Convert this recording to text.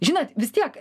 žinot vis tiek